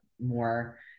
more